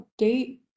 update